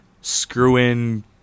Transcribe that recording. screw-in